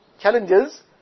Challenges